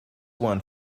one